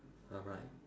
alright